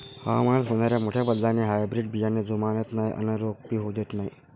हवामानात होनाऱ्या मोठ्या बदलाले हायब्रीड बियाने जुमानत नाय अन रोग भी होऊ देत नाय